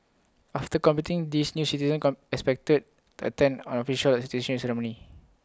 after completing these new citizens come expected attend an official citizenship ceremony